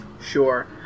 Sure